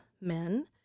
men